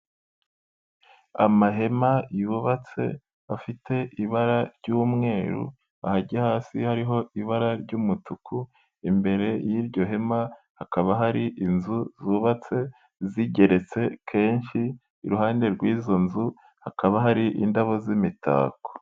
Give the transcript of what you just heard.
Amahema yubatse, afite ibara ry'umweru ahajya hasi hariho ibara ry'umutuku, imbere y'iryo hema, hakaba hari inzu zubatse zigeretse kenshi, iruhande rw'izo nzu hakaba hari indabo z'imitako.